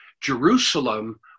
Jerusalem